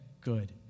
good